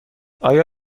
آیا